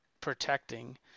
protecting